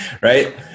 right